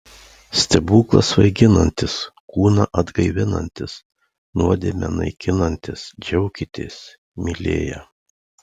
stebuklas svaiginantis kūną atgaivinantis nuodėmę naikinantis džiaukitės mylėję